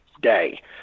day